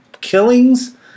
killings